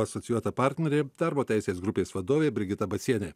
asocijuota partnerė darbo teisės grupės vadovė brigita bacienė